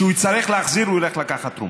כשהוא יצטרך להחזיר, הוא ילך לקחת תרומות.